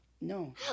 No